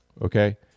Okay